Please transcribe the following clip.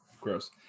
Gross